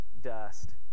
dust